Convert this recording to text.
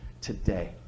today